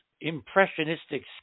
impressionistic